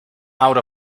out